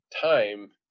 time